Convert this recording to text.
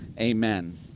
Amen